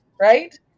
Right